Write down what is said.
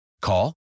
Call